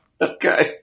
Okay